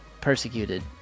persecuted